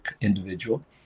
individual